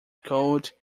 cold